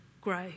grow